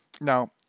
Now